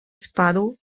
spadł